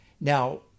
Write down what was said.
Now